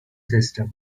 system